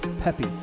peppy